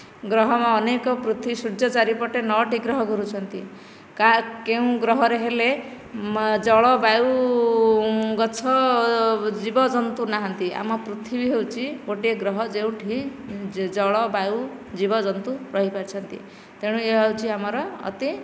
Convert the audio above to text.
ଗ୍ରହ ଅନେକ ପୃଥିବୀ ସୂର୍ଯ୍ୟ ଚାରିପଟେ ନଅ ଟି ଗ୍ରହ ଘୂରୁଛନ୍ତି କାହା କେଉଁ ଗ୍ରହରେ ହେଲେ ଜଳ ବାୟୁ ଗଛ ଜୀବଜନ୍ତୁ ନାହାନ୍ତି ଆମ ପୃଥିବୀ ହେଉଛି ଗୋଟିଏ ଗ୍ରହ ଯେଉଁଠି ଜଳ ବାୟୁ ଜୀବ ଜନ୍ତୁ ରହିପାରୁଛନ୍ତି ତେଣୁ ଏହା ହେଉଛି ଆମର ଅତି